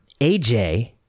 aj